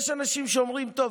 יש אנשים שאומרים: טוב,